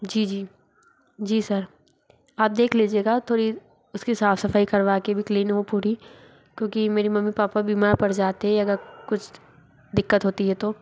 जी जी जी सर आप देख लीजिएगा थोड़ी उसकी साफ सफाई करवाके भी वो क्लीन हो पूरी क्योंकि मेरी मम्मी पापा बीमार पड़ जाते है कुछ दिक्कत होती है तो